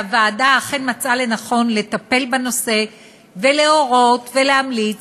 והוועדה אכן מצאה לנכון לטפל בנושא ולהורות ולהמליץ